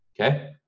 Okay